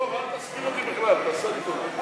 דב, אל תזכיר אותי בכלל, תעשה לי טובה.